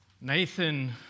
Nathan